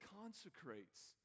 consecrates